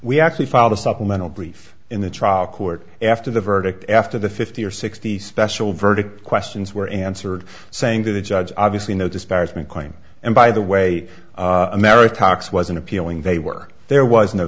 we actually filed a supplemental brief in the trial court after the verdict after the fifty or sixty special verdict questions were answered saying to the judge obviously no disparagement claim and by the way america talks wasn't appealing they were there was no